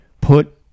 put